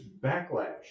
backlash